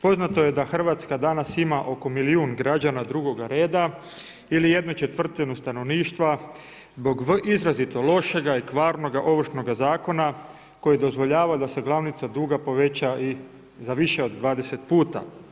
Poznato je da Hrvatska danas ima oko milijun građana drugog reda ili 1/4 stanovništva zbog izrazito lošega i kvarnoga Ovršnoga zakona koji dozvoljava da se glavnica duga poveća i za više od 20 puta.